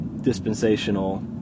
dispensational